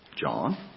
John